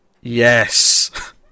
Yes